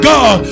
God